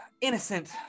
innocent